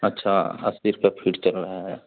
अच्छा अस्सी रूपया फिट चल रहा है